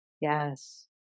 Yes